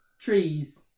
Trees